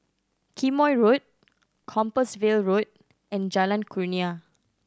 Quemoy Road Compassvale Road and Jalan Kurnia